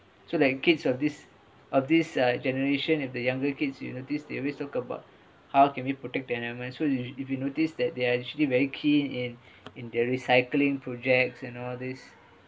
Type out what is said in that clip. so like kids of this uh generation if the younger kids you notice they always talk about how can we protect the environment so if if you noticed that they are actually very keen in in their recycling projects and all these